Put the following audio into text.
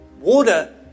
Water